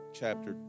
chapter